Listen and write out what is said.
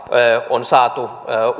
on saatu